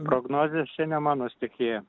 prognozės čia ne mano stichija